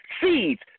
seeds